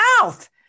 mouth